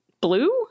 blue